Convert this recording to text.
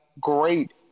great